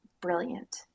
brilliant